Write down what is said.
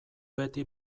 beti